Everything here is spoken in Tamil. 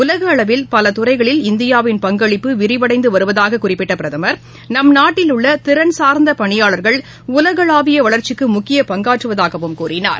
உலகளவில் பலதுறைகளில் இந்தியாவின் பங்களிப்பு விரிவடைந்துவருவதாககுறிப்பிட்டபிரதமர் நம் நாட்டில் உள்ளதிறன்சார்ந்தபணியாளர்கள் உலகளாவியவளர்ச்சிக்குழுக்கிய பங்காற்றுவதாகவும் கூறினார்